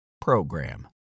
PROGRAM